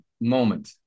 moment